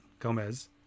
gomez